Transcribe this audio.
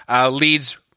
leads